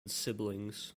siblings